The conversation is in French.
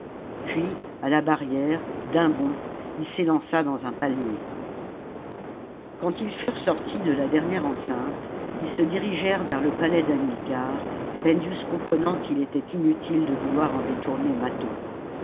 puis à la barrière d'un bond il s'élança dans un palmier quand ils furent sortis de la dernière enceinte ils se dirigèrent vers le palais d'hamilcar spendius comprenant qu'il était inutile de vouloir en détourner mâtho